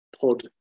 pod